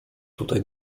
tutaj